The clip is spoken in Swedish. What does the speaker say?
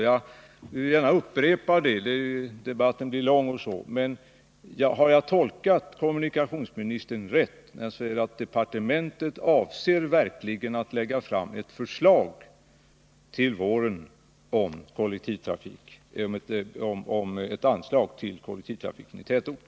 Jag vill gärna upprepa det, trots att debatten blivit lång. Har jag tolkat kommunikationsministern rätt om jag säger att departementet verkligen avser att lägga fram ett förslag till våren om ett anslag till kollektivtrafiken i tätort?